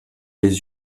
les